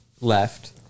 left